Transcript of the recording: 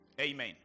Amen